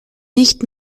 nicht